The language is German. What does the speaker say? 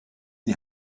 die